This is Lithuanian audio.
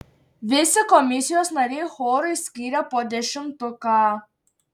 visi komisijos nariai chorui skyrė po dešimtuką